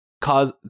cause